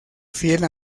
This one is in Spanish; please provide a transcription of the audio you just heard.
fiel